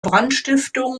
brandstiftung